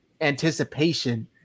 anticipation